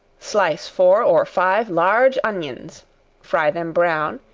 slice four or five large onions fry them brown,